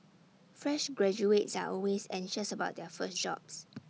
fresh graduates are always anxious about their first jobs